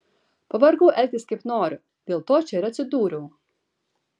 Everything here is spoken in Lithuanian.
pavargau elgtis kaip noriu dėl to čia ir atsidūriau